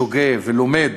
שוגה ולומד,